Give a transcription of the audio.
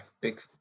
big